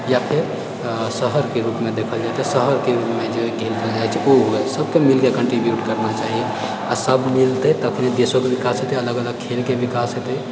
या फेर शहरके रूपमे देखल जाए तऽ शहरके रूपमे जे खेल खेलल जाइत छै ओ सबके मीलकऽ कंट्रीब्यूट करना चाही आ सब मिलतै तऽ फिर देशोके विकाश हेतै अलग अलग खेलके विकाश हेतै